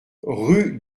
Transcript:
rue